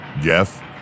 Jeff